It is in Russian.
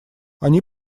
они